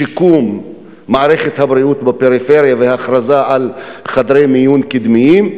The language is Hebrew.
בשיקום מערכת הבריאות בפריפריה והכרזה על חדרי מיון קדמיים,